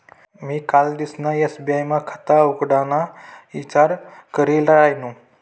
मी कालदिसना एस.बी.आय मा खाता उघडाना ईचार करी रायनू